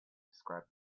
described